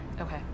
Okay